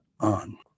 on